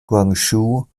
guangzhou